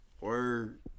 Word